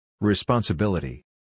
Responsibility